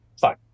fine